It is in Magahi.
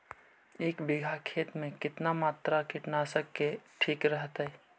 एक बीघा खेत में कितना मात्रा कीटनाशक के ठिक रहतय?